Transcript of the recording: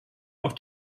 auf